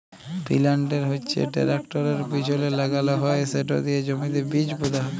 পিলান্টের হচ্যে টেরাকটরের পিছলে লাগাল হয় সেট দিয়ে জমিতে বীজ পুঁতা হয়